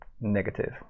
negative